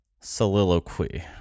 Soliloquy